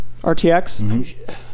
RTX